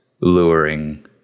luring